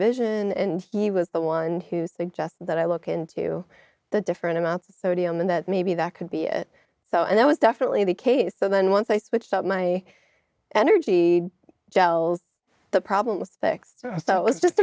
vision and he was the one who suggested that i look into the different amount sodium and that maybe that could be it so and that was definitely the case but then once i switched out my energy gels the problem was fixed so it was just